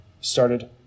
started